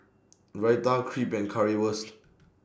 Raita Crepe and Currywurst